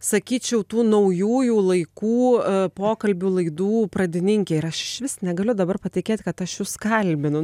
sakyčiau tų naujųjų laikų pokalbių laidų pradininkė ir aš vis negaliu dabar patikėt kad aš jus kalbinu